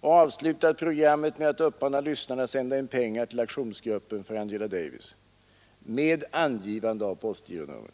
och avslutat programmet med att uppmana lyssnarna att sända in pengar till aktionsgruppen för Angela Davies. Med angivande av postgironummer!